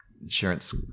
insurance